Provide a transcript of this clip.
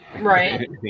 Right